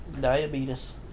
Diabetes